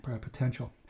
potential